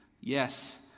Yes